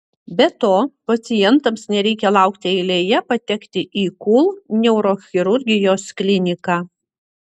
be to pacientams nereikia laukti eilėje patekti į kul neurochirurgijos kliniką